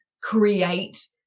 create